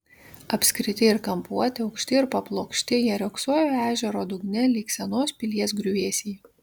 apskriti ir kampuoti aukšti ir paplokšti jie riogsojo ežero dugne lyg senos pilies griuvėsiai